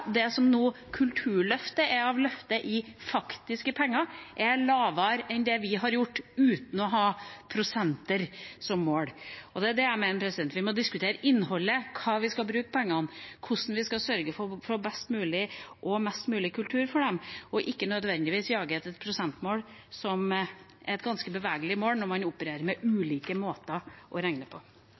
mens man nå ønsker seg 3,2 mrd. kr i økning og framstiller det som et kulturløft. Det Kulturløftet gir av løft i faktiske penger, er lavere enn det vi har gjort uten å ha prosenter som mål. Det er det jeg mener; vi må diskutere innholdet, hva vi skal bruke pengene til, hvordan vi skal sørge for å få best mulig og mest mulig kultur for dem – ikke nødvendigvis jage etter et prosentmål som er et ganske bevegelig mål når man opererer med